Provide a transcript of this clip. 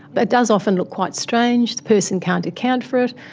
but it does often look quite strange, the person can't account for it,